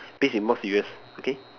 please be more serious okay